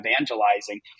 evangelizing